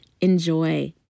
Enjoy